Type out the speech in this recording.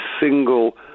single